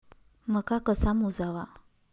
मका कसा मोजावा?